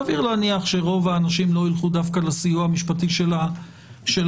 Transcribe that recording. סביר להניח שרוב האנשים לא ילכו דווקא לסיוע המשפטי של המדינה,